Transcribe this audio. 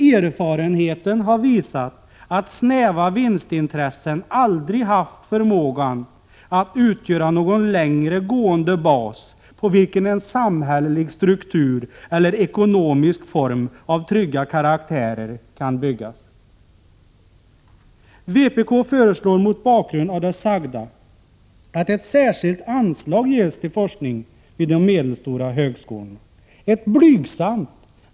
Erfarenheten har visat att snäva vinstintressen aldrig haft förmågan att utgöra någon längre gående bas, på vilken en samhällelig struktur eller ekonomisk form av trygg karaktär kan byggas. Vpk föreslår, mot bakgrund av det anförda, att ett särskilt anslag ges till forskning vid de medelstora högskolorna. Det är ett blygsamt anslag.